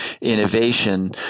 innovation